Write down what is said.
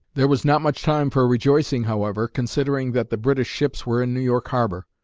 there was not much time for rejoicing, however, considering that the british ships were in new york harbor.